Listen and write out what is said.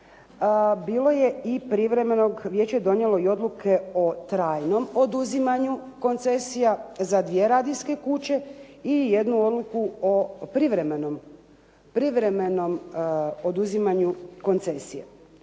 bilo je i privremenog, vijeće je donijelo odluke o trajnom oduzimanju koncesija za dvije radijske kuće i jednu odluku o privremenom oduzimanju koncesije.